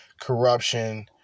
corruption